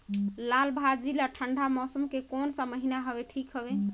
लालभाजी ला ठंडा मौसम के कोन सा महीन हवे ठीक हवे?